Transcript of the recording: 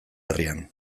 herrian